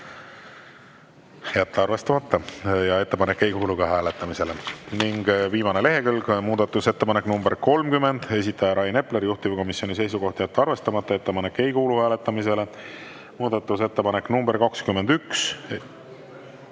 jätta arvestamata ja ettepanek ei kuulu ka hääletamisele. Ning viimane lehekülg: muudatusettepanek nr 30, esitaja Rain Epler. Juhtivkomisjoni seisukoht on jätta arvestamata. Ettepanek ei kuulu hääletamisele. Muudatusettepanek nr 31,